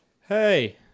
Hey